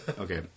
Okay